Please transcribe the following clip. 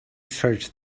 search